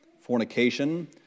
fornication